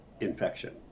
infection